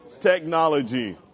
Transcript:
technology